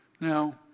Now